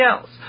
else